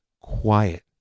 quiet